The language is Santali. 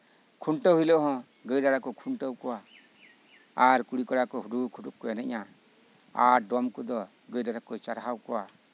ᱠᱷᱩᱱᱴᱟᱹᱣ ᱦᱤᱞᱳᱜ ᱦᱚᱸ ᱜᱟᱹᱭ ᱰᱟᱝᱨᱟ ᱠᱚ ᱠᱷᱩᱱᱴᱟᱹᱣ ᱠᱚᱣᱟ ᱟᱨ ᱠᱩᱲᱤ ᱠᱚᱲᱟ ᱠᱚᱫᱚ ᱦᱩᱰᱩ ᱦᱩᱰᱩ ᱠᱚ ᱮᱱᱮᱡᱟ ᱟᱨ ᱰᱚᱢ ᱠᱚᱫᱚ ᱜᱟᱹᱭ ᱰᱟᱝᱨᱟ ᱠᱚ ᱪᱟᱨᱦᱟᱣ ᱠᱚᱣᱟ